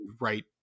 right